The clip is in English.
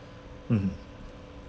mmhmm